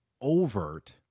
overt